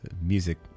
Music